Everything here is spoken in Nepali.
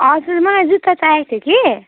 हजुर मलाई जुत्ता चाहिएको थियो कि